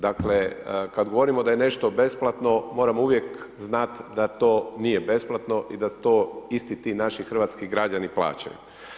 Dakle, kad govorimo da je nešto besplatno moramo uvijek znati da to nije besplatno i da to isti ti naši hrvatski građani plaćaju.